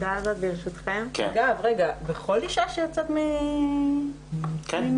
לגבי כל אישה שיוצאת ממעון?